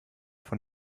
von